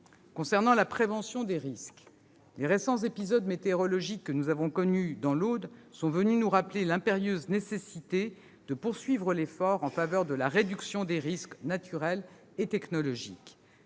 Concernant la prévention des risques, les récents épisodes météorologiques que nous avons connus dans l'Aude sont venus nous rappeler l'impérieuse nécessité de poursuivre l'effort en faveur de la réduction des risques, naturels et technologiques.